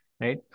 right